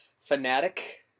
fanatic